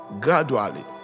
gradually